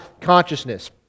consciousness